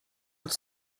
els